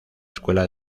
escuela